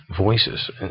voices